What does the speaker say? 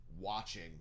watching